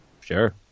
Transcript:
Sure